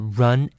run